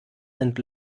sind